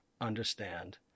understand